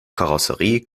karosserie